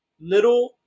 little